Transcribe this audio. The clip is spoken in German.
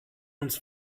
uns